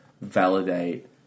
validate